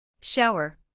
Shower